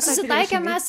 susitaikėm mes